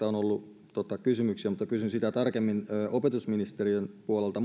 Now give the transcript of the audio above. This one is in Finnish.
on ollut kysymyksiä mutta kysyn sitä tarkemmin opetusministeriön puolelta